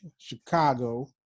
Chicago